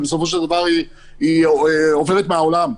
ובסופו של דבר היא עוברת מהעולם.